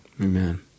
Amen